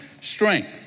strength